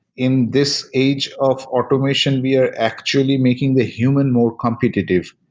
in this age of automation, we are actually making the human more competitive,